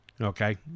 Okay